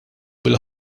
bil